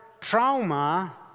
trauma